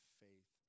faith